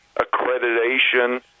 accreditation